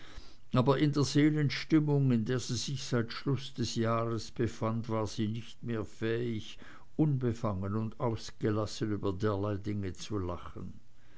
aber in der seelenstimmung in der sie sich seit schluß des jahres befand war sie nicht mehr fähig unbefangen und ausgelassen über derlei dinge zu lachen